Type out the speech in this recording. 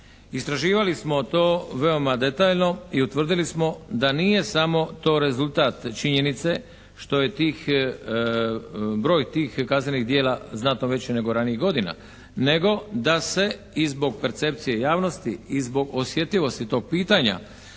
Istraživali smo to veoma detaljno i utvrdili smo da nije samo to rezultat činjenice što je broj tih kaznenih djela znatno veći nego ranijih godina nego da se i zbog percepcije javnosti i zbog osjetljivosti tog pitanja